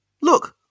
look